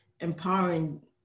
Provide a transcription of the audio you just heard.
empowering